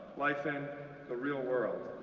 life in the real world.